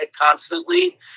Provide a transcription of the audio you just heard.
constantly